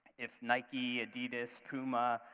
if nike, adidas, puma,